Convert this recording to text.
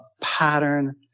pattern